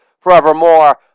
forevermore